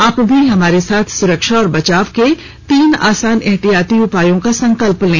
आप भी हमारे साथ सुरक्षा और बचाव के तीन आसान एहतियाती उपायों का संकल्प लें